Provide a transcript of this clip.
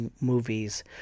movies